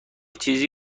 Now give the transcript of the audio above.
چیزی